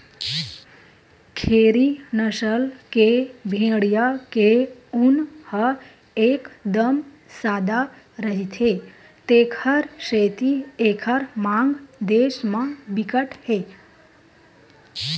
खेरी नसल के भेड़िया के ऊन ह एकदम सादा रहिथे तेखर सेती एकर मांग देस म बिकट के हे